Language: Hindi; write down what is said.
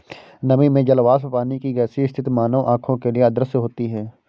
नमी में जल वाष्प पानी की गैसीय स्थिति मानव आंखों के लिए अदृश्य होती है